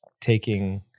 taking